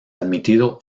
admitido